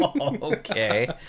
Okay